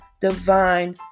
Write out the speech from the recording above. divine